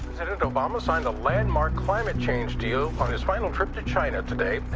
president obama signed a landmark climate-change deal on his final trip to china today.